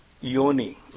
yoni